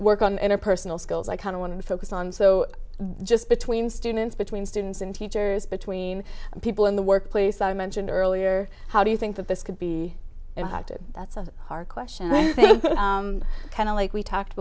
work on interpersonal skills i kind of want to focus on so just between students between students and teachers between people in the workplace i mentioned earlier how do you think that this could be that's a hard question i think kind of like we've talked